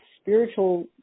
spiritual